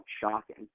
shocking